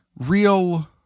real